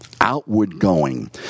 outward-going